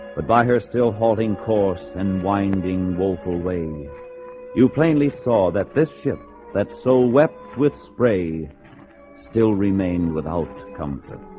but by her still halting course and winding woeful waves you plainly saw that this ship that soul so wept with spray still remain without comfort